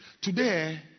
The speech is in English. Today